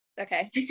Okay